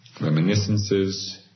reminiscences